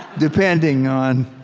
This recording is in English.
depending on